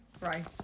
Right